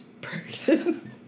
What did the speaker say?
person